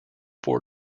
four